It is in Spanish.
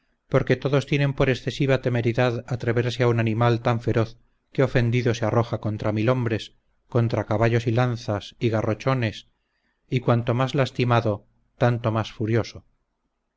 porque todos tienen por excesiva temeridad atreverse a un animal tan feroz que ofendido se arroja contra mil hombres contra caballos y lanzas y garrochones y cuanto más lastimado tanto más furioso